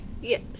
Yes